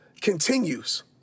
continues